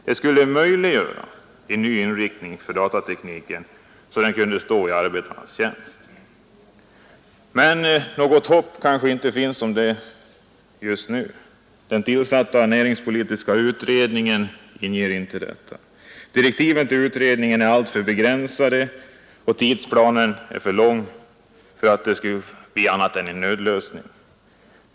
Det skulle möjliggöra en ny inriktning av datatekniken, så att den kunde träda i arbetarnas tjänst. Men något hopp om ett statligt övertagande finns inte just nu. Den tillsatta näringspolitiska utredningen inger inte det hoppet. Utredningens direktiv är alltför begränsade och tidsplanen är för utsträckt för att det skulle bli fråga om annat än en nödlösning.